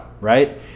Right